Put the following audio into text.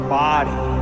body